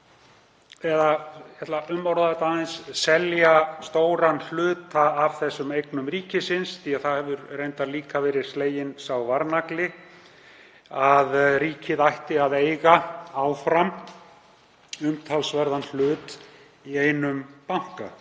þetta aðeins: Selja stóran hluta af þessum eignum ríkisins, því að það hefur reyndar líka verið sleginn sá varnagli að ríkið ætti áfram að eiga umtalsverðan hlut í einum banka.